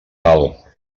dalt